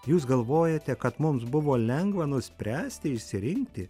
jūs galvojate kad mums buvo lengva nuspręsti išsirinkti